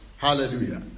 Hallelujah